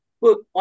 Look